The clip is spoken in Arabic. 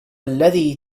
الذي